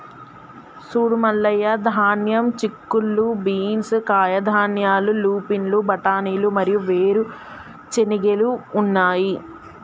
సూడు మల్లయ్య ధాన్యం, చిక్కుళ్ళు బీన్స్, కాయధాన్యాలు, లూపిన్లు, బఠానీలు మరియు వేరు చెనిగెలు ఉన్నాయి